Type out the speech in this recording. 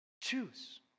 Choose